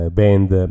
band